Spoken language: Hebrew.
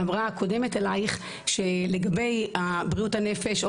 שאמרה הקודמת אלייך שלגבי בריאות הנפש,